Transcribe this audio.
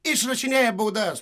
išrašinėja baudas